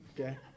Okay